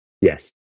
Yes